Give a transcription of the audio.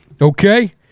okay